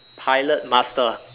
pilot master